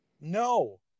No